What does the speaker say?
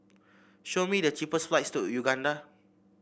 show me the cheapest flights to Uganda